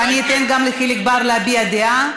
ואני אתן גם לחיליק בר להביע דעה,